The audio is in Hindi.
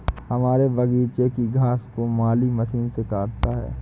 हमारे बगीचे की घास को माली मशीन से काटता है